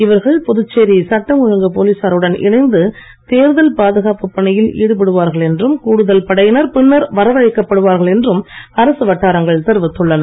இவர்கள் புதுச்சேரி சட்டம் ஒழுங்கு போலீசாருடன் இணைந்து தேர்தல் பாதுகாப்புப் பணியில் ஈடுபடுவார்கள் என்றும் கூடுதல் படையினர் பின்னர் வரவழைக்கப் படுவார்கள் என்றும் அரசு வட்டாரங்கள் தெரிவித்துள்ளன